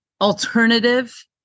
alternative